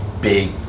big